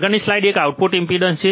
આગળની સ્લાઇડ એક output impedance છે